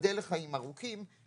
ייבדל לחיים ארוכים,